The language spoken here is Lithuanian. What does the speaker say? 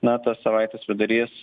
na tas savaitės vidurys